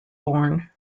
born